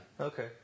Okay